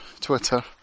Twitter